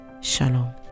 Shalom